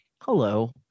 hello